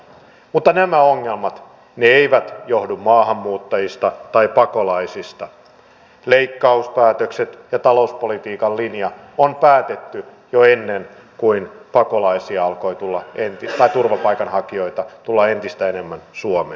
mutta nämä ongelmat eivät johdu maahanmuuttajista tai pakolaisista leikkauspäätökset ja talouspolitiikan linja on päätetty jo ennen kuin turvapaikanhakijoita alkoi tulla entistä enemmän suomeen